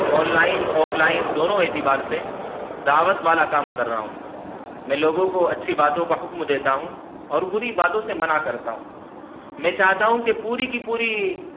on line offline دونوں اعتبار سے دعوت والا کام کر رہا ہوں میں لوگوں کو اچھی باتوں کا حکم دیتا ہوں اور بری باتوں سے منع کرتا ہوں میں چاہتا ہوں کہ پوری کی پوری